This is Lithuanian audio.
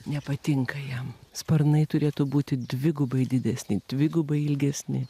nepatinka jam sparnai turėtų būti dvigubai didesni dvigubai ilgesni